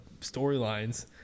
storylines